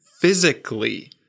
physically